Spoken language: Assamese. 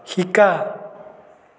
শিকা